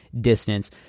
distance